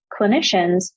clinicians